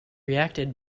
reacted